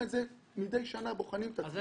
ומידי שנה בוחנים את עצמנו.